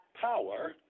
power